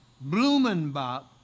Blumenbach